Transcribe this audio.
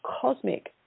cosmic